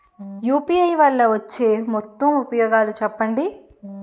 UPI వల్ల వచ్చే మొత్తం ఉపయోగాలు చెప్పండి?